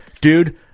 dude